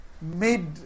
made